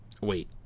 Wait